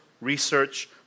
research